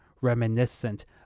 reminiscent